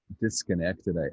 disconnected